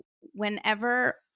whenever